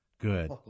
good